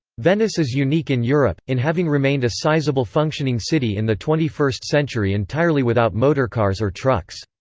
venice is unique in europe, in having remained a sizable functioning city in the twenty first century entirely without motorcars or trucks.